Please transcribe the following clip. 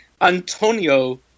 Antonio